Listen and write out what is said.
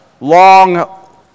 long